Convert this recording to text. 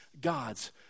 God's